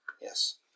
Yes